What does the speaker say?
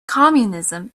communism